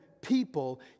people